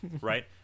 Right